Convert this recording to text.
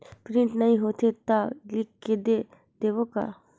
Print नइ होथे ता लिख के दे देबे का?